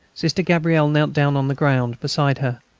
sister gabrielle knelt down on the ground beside her.